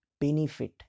benefit